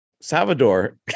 salvador